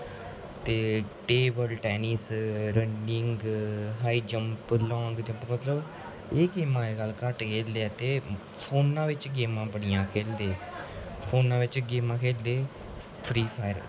ते table tennis running high jump long jump मतलब ऐ गेमा अजकल घट्ट खेढदे ते फोने च गेमा बड़ियां खेढदे फोने बिच गेमां खेढदे फ्री फायर